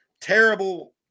terrible